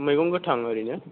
मैगं गोथां ओरैनो